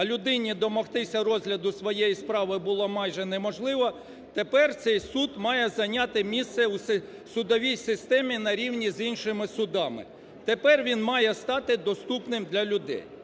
а людини домогтися розгляду своєї справи було майже неможливо, тепер цей суд має зайняти місце у судовій системі на рівні з іншими судами. Тепер він має стати доступним для людей.